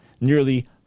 nearly